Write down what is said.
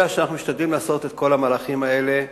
אלא שאנחנו משתדלים לעשות את כל המהלכים האלה בהבנה.